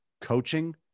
Coaching